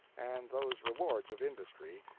and those rewards of industry,